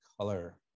color